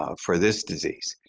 ah for this disease?